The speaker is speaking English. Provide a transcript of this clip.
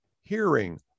hearing